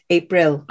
april